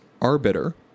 arbiter